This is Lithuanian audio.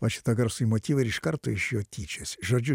va šitą garsųjį motyvą ir iš karto iš jo tyčiojosi žodžiu